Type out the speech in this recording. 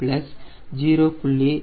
5685 7